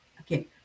Okay